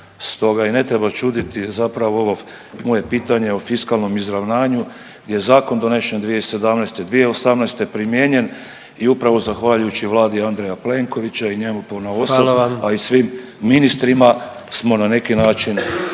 Stoga i ne treba čuditi zapravo ovo moje pitanje o fiskalnom izravnanju, jer zakon donesen 2017., 2018. primijenjen i upravo zahvaljujući Vladi Andreja Plenkovića i njemu ponaosob, … …/Upadica predsjednik: